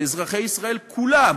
על אזרחי ישראל כולם,